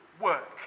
work